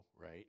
right